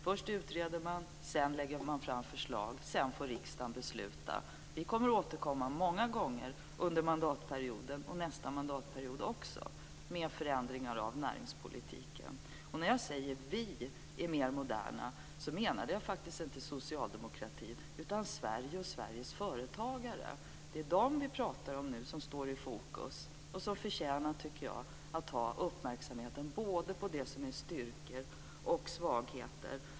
Först utreder man, sedan lägger man fram förslag och sedan får riksdagen besluta. Vi kommer att återkomma många gånger under mandatperioden, och nästa mandatperiod också, med förändringar av näringspolitiken. När jag sade att vi är mer moderna menade jag faktiskt inte socialdemokratin utan Sverige och Sveriges företagare. Det är dem vi pratar om nu, som står i fokus, och som jag tycker förtjänar att ha uppmärksamhet både på styrkor och på svagheter.